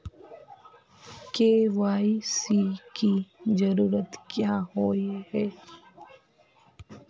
KYC की जरूरत क्याँ होय है?